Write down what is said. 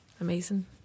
amazing